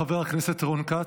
חבר הכנסת רון כץ.